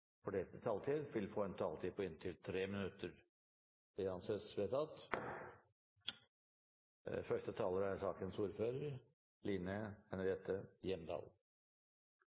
fordelte taletid, får en taletid på inntil 3 minutter. – Det anses vedtatt. Som saksordfører for rusmeldingen er